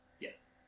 Yes